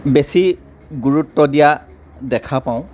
বেছি গুৰুত্ব দিয়া দেখা পাওঁ